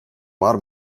var